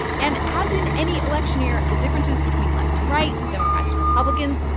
and as in any election year, the differences between left and right, democrats and republicans,